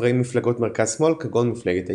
חברי מפלגות מרכז-שמאל כגון מפלגת האיכרים.